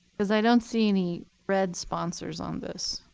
because i don't see any red sponsors on this.